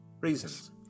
reasons